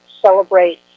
celebrate